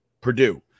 Purdue